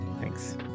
thanks